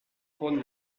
prône